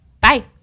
Bye